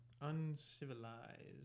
Uncivilized